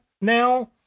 now